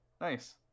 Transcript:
Nice